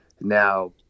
Now